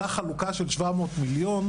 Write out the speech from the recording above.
אותה חלוקה של 700 מיליון,